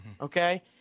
okay